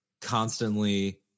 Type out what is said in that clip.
constantly